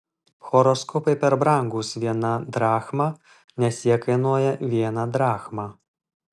horoskopai per brangūs viena drachma nes jie kainuoja vieną drachmą